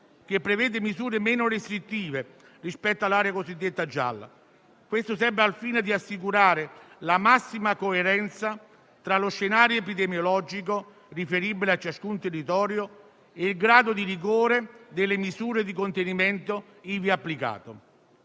che prevede misure meno restrittive rispetto all'area cosiddetta gialla, sempre al fine di assicurare la massima coerenza tra lo scenario epidemiologico riferibile a ciascun territorio e il grado di rigore delle misure di contenimento ivi applicato.